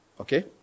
Okay